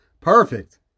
perfect